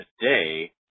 today